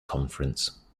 conference